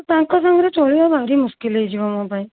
ତାଙ୍କ ସାଙ୍ଗରେ ଚଳିବା ଭାରି ମୁସ୍କିଲ୍ ହେଇଯିବ ମୋ ପାଇଁ